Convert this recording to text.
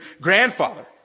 Grandfather